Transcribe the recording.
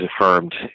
affirmed